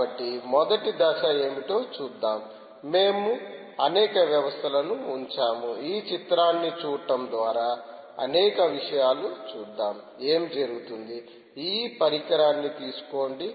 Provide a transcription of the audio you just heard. కాబట్టి మొదటి దశ ఏమిటో చూద్దాం మేము అనేక వ్యవస్థలను ఉంచాము ఈ చిత్రాన్ని చూడటం ద్వారా అనేక విషయాలు చూద్దాం ఏమి జరుగుతుంది ఈ పరికరాన్ని తీసుకోండి